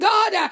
God